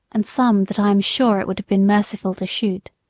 and some that i am sure it would have been merciful to shoot.